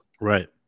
Right